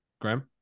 Graham